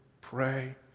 pray